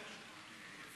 לא ניתן שאף שר ישיב.